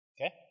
okay